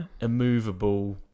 immovable